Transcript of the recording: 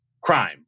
crime